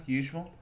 usual